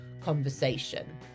conversation